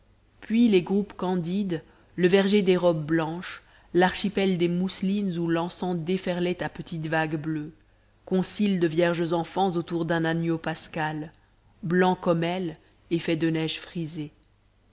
puis les groupes candides le verger des robes blanches l'archipel des mousselines où l'encens déferlait à petites vagues bleues concile de vierges enfants autour d'un agneau pascal blanc comme elles et fait de neige frisée